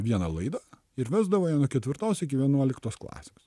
vieną laidą ir vesdavo ją nuo ketvirtos iki vienuoliktos klasės